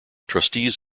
trustees